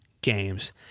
games